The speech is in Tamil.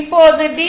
இப்போது டி